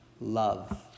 love